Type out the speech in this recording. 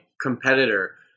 competitor